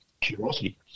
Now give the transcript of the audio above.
curiosity